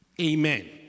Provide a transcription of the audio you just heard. Amen